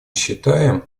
считаем